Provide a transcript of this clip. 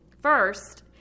First